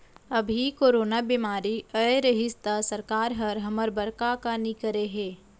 अभी कोरोना बेमारी अए रहिस त सरकार हर हमर बर का का नइ करे हे